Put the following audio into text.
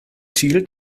ziel